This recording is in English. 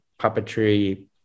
puppetry